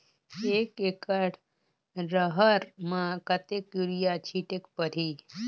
एक एकड रहर म कतेक युरिया छीटेक परही?